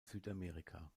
südamerika